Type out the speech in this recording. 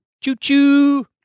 Choo-choo